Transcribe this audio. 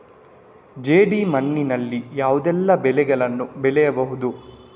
ಜೇಡಿ ಮಣ್ಣಿನಲ್ಲಿ ಯಾವುದೆಲ್ಲ ಬೆಳೆಗಳನ್ನು ಬೆಳೆಯಬಹುದು?